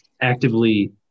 actively